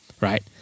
right